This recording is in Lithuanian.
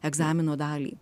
egzamino dalį